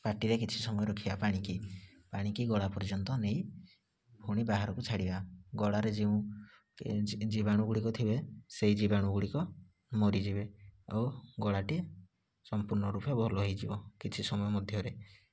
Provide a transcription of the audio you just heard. ପାଟିରେ କିଛି ସମୟ ରଖିବା ପାଣିକି ପାଣିକି ଗଳା ପର୍ଯ୍ୟନ୍ତ ନେଇ ପୁଣି ବାହାରକୁ ଛାଡ଼ିବା ଗଳାରେ ଯେଉଁ କେ ଜୀବାଣୁ ଗୁଡ଼ିକ ଥିବେ ସେଇ ଜୀବାଣୁ ଗୁଡ଼ିକ ମରିଯିବେ ଆଉ ଗଳାଟି ସମ୍ପୂର୍ଣ ରୂପେ ଭଲ ହୋଇଯିବ କିଛି ସମୟ ମଧ୍ୟରେ